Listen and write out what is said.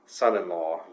son-in-law